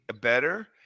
better